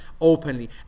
openly